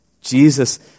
Jesus